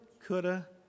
coulda